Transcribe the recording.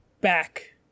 back